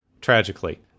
Tragically